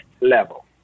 level